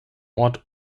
ort